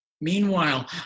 Meanwhile